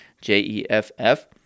J-E-F-F